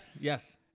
yes